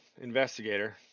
investigator